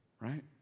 Right